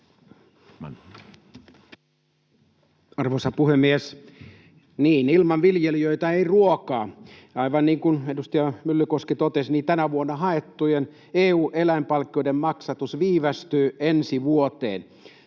Arvoisa puhemies! Niin, ilman viljelijöitä ei ole ruokaa. Aivan niin kuin edustaja Myllykoski totesi, tänä vuonna haettujen EU-eläinpalkkioiden maksatus viivästyy ensi vuoteen.